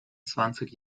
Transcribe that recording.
zwanzig